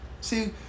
See